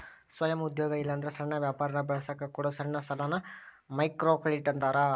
ಸ್ವಯಂ ಉದ್ಯೋಗ ಇಲ್ಲಾಂದ್ರ ಸಣ್ಣ ವ್ಯಾಪಾರನ ಬೆಳಸಕ ಕೊಡೊ ಸಣ್ಣ ಸಾಲಾನ ಮೈಕ್ರೋಕ್ರೆಡಿಟ್ ಅಂತಾರ